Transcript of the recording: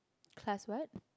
class what